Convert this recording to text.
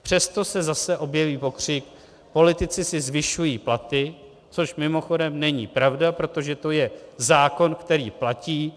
Přesto se zase objeví pokřik politici si zvyšují platy, což mimochodem není pravda, protože to je zákon, který platí.